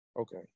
okay